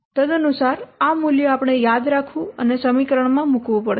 તદનુસાર આ મૂલ્ય આપણે યાદ રાખવું અને સમીકરણમાં મૂકવું પડશે